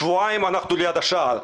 שבועיים אנחנו ליד השער.